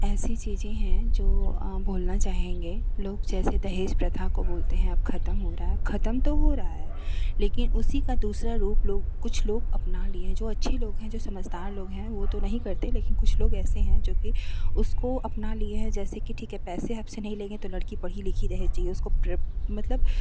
ऐसे चीज़ें हैं जो बोलना चाहेंगे लोग जैसे दहेज प्रथा को बोलते हैं अब ख़त्म हो रहा है ख़त्म तो हो रहा है लेकिन उसी का दूसरा रूप लोग कुछ लोग अपना लिए हैं जो अच्छे लोग हैं जो समझदार लोग हैं वह तो नहीं करते लेकिन कुछ लोग ऐसे लोग हैं जो कि उसको अपना लिए हैं जैसेकी ठीक है पैसे आपसे नहीं लेंगे तो लड़की पढ़ी लिखी रहनी चाहिए मतलब